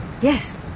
Yes